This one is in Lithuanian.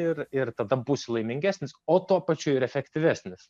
ir ir tada būsi laimingesnis o tuo pačiu ir efektyvesnis